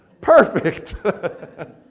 Perfect